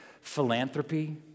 Philanthropy